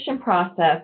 process